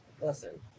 Listen